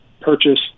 purchase